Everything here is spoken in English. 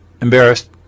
embarrassed